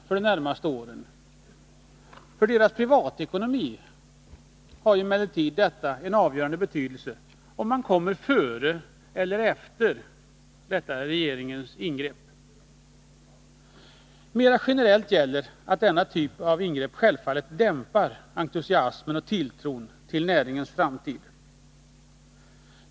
För de 145 berördas privatekonomi har det emellertid avgörande betydelse om arbetet hunnit utföras före detta regeringens ingrepp. Mera generellt gäller att denna typ av ingrepp självfallet dämpar entusiasmen och tilltron till näringens framtid.